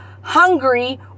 hungry